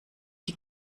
die